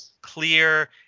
clear